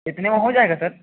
इतने में हो जाएगा सर